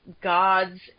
gods